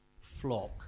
flock